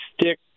stick